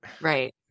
right